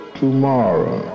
tomorrow